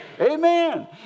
Amen